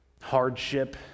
hardship